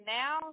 now